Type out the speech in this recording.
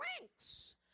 ranks